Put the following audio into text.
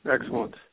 Excellent